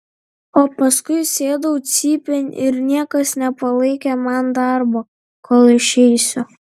o paskui sėdau cypėn ir niekas nepalaikė man darbo kol išeisiu